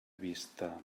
vista